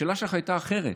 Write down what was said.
השאלה שלך הייתה אחרת,